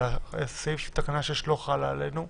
אבל תקנה 6 לא חלה עלינו,